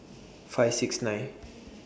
five six nine